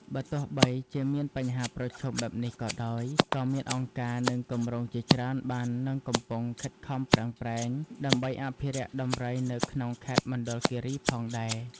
បើទោះបីជាមានបញ្ហាប្រឈមបែបនេះក៏ដោយ ក៏មានអង្គការ និងគម្រោងជាច្រើនបាននិងកំពុងខិតខំប្រឹងប្រែងដើម្បីអភិរក្សដំរីនៅក្នុងខេត្តមណ្ឌលគិរីផងដែរ។